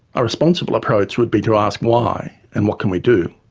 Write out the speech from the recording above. a responsible approach would be to ask why? and what can we do.